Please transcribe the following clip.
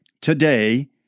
today